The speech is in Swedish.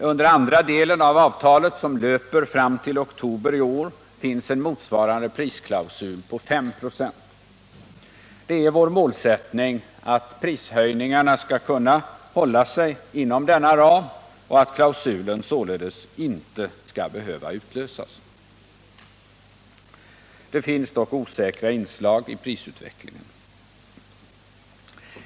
Under andra delen av avtalet, som löper fram till oktober i år, finns en motsvarande prisklausul på 5 96. Det är vår målsättning att prishöjningarna skall kunna hålla sig inom denna ram och att klausulen således inte skall behöva utlösas. Det finns dock osäkra inslag i prisutvecklingen.